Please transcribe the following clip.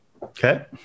Okay